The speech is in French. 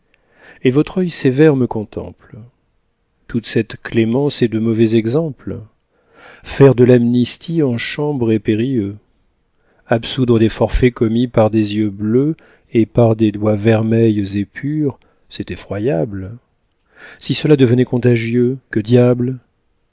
et votre œil sévère me contemple toute cette clémence est de mauvais exemple faire de l'amnistie en chambre est périlleux absoudre des forfaits commis par des yeux bleus et par des doigts vermeils et purs c'est effroyable si cela devenait contagieux que diable